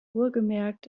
wohlgemerkt